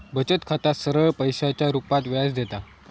बचत खाता सरळ पैशाच्या रुपात व्याज देता